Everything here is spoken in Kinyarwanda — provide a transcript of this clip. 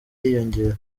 yiyongera